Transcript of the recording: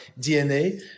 DNA